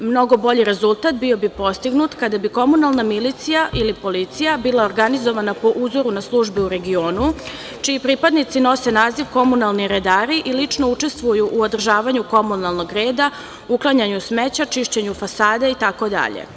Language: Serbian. Mnogo bolji rezultat bio bi postignut kada bi komunalna milicija ili policija bila organizovana po uzoru na službe u regionu, čiji pripadnici nose naziv komunalni redari i lično učestvuju u održavanju komunalnog reda, uklanjanju smeća, čišćenju fasada, itd.